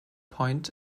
point